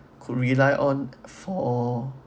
could rely on for